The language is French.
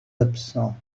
absent